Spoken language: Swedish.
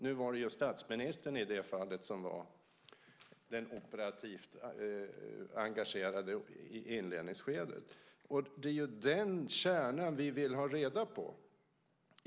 Nu var det statsministern som i det fallet var den operativt engagerade i inledningsskedet. Det är ju den kärnan vi vill ha reda på.